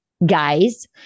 guys